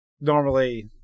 normally